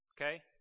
okay